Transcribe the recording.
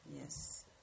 Yes